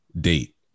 date